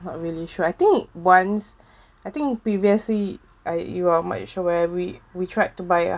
not really sure I think once I think previously I you are my you shall where we we tried to buy a